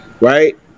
right